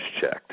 checked